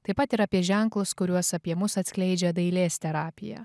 taip pat ir apie ženklus kuriuos apie mus atskleidžia dailės terapija